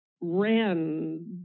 ran